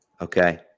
Okay